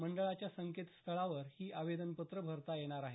मंडळाच्या संकेतस्थळावर ही आवेदनपत्रं भरता येणार आहेत